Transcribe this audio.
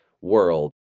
world